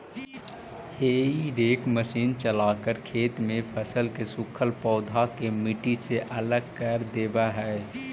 हेई rake machine चलाकर खेत में फसल के सूखल पौधा के मट्टी से अलग कर देवऽ हई